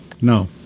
No